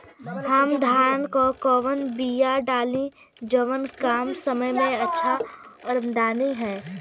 हम धान क कवन बिया डाली जवन कम समय में अच्छा दरमनी दे?